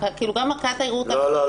גם ערכאת הערעור --- לא,